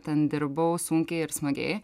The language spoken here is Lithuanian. ten dirbau sunkiai ir smagiai